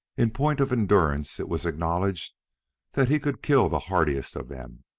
in point of endurance it was acknowledged that he could kill the hardiest of them.